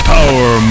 Power